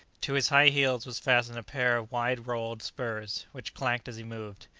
to his high heels was fastened a pair of wide-rowelled spurs, which clanked as he moved.